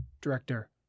director